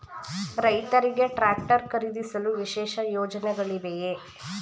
ರೈತರಿಗೆ ಟ್ರಾಕ್ಟರ್ ಖರೀದಿಸಲು ವಿಶೇಷ ಯೋಜನೆಗಳಿವೆಯೇ?